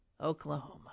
Oklahoma